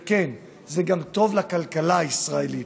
וכן, זה טוב גם לכלכלה הישראלית.